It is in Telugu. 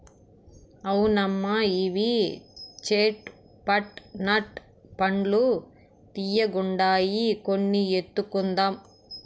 అవునమ్మా ఇవి చేట్ పట్ నట్ పండ్లు తీయ్యగుండాయి కొన్ని ఎత్తుకుందాం